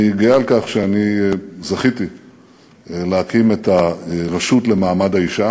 אני גאה על כך שאני זכיתי להקים את הרשות למעמד האישה,